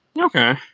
okay